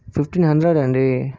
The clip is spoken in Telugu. ఫిఫ్టీన్ హండ్రెడ్ అండి